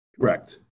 Correct